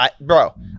bro